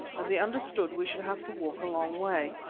as he understood we should have to walk a long way.